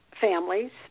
families